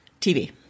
TV